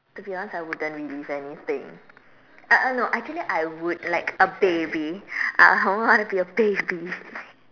to be honest I wouldn't relive anything uh uh no actually I would like a baby I I want to be a baby